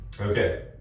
Okay